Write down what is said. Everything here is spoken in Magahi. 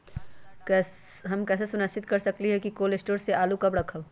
हम कैसे सुनिश्चित कर सकली ह कि कोल शटोर से आलू कब रखब?